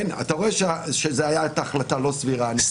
אתה רואה שזו הייתה החלטה לא סבירה --- (היו"ר